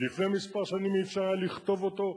לפני שנים מספר לא היה אפשר לכתוב אותו,